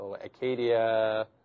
Acadia